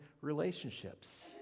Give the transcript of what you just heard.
relationships